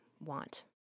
want